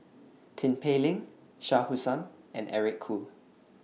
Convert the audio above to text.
Tin Pei Ling Shah Hussain and Eric Khoo